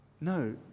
no